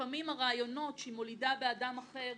לפעמים הרעיונות שהיא מולידה באדם אחד,